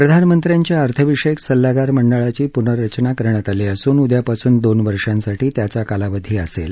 प्रधानमंत्र्यांच्या अर्थविषयक सल्लगार मंडळाची पुनर्रचना करण्यात आली असून उद्यापासून दोन वर्षांसाठी त्याचा कालावधी असेल